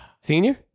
Senior